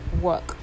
work